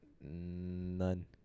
None